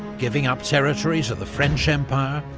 giving up territory to the french empire,